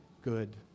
good